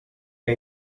què